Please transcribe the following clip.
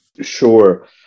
Sure